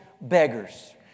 beggars